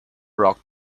rock